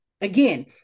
Again